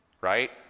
Right